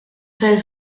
fil